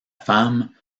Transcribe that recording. femme